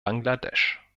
bangladesch